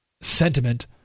sentiment